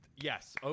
Yes